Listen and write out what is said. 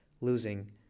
losing